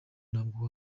ntabwo